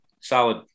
solid